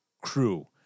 crew